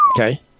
Okay